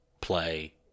play